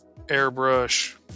airbrush